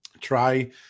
try